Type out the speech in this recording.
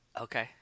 Okay